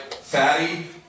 Fatty